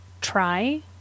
try